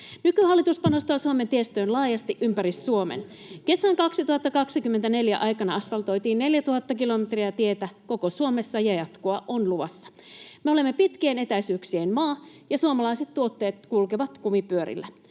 Nykyhallitus panostaa Suomen tiestöön laajasti ympäri Suomen. Kesän 2024 aikana asfaltoitiin 4 000 kilometriä tietä koko Suomessa, ja jatkoa on luvassa. Me olemme pitkien etäisyyksien maa, ja suomalaiset tuotteet kulkevat kumipyörillä.